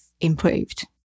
improved